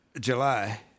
July